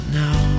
now